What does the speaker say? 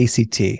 ACT